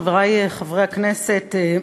חברי חברי הכנסת,